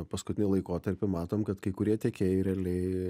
paskutinį laikotarpį matom kad kai kurie tiekėjai realiai